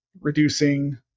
reducing